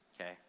okay